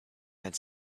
had